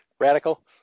Radical